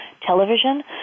television